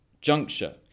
juncture